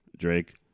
Drake